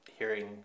hearing